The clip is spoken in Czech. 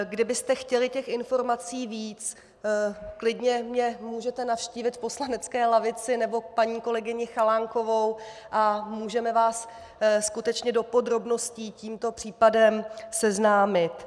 Kdybyste chtěli těch informací víc, klidně mě můžete navštívit v poslanecké lavici, nebo paní kolegyni Chalánkovou, a můžeme vás skutečně do podrobností s tímto případem seznámit.